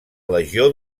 legió